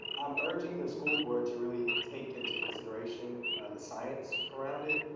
i'm urging the school board to really take into consideration the science around it.